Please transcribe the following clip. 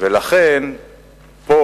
ולכן פה,